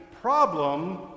problem